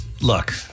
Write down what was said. look